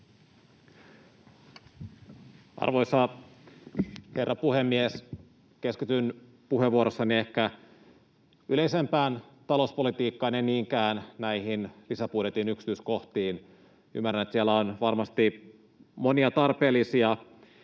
Arvoisa herra puhemies! Keskityn puheenvuorossani ehkä yleisempään talouspolitiikkaan, en niinkään näihin lisäbudjetin yksityiskohtiin. Ymmärrän, että siellä on varmasti monia tarpeellisia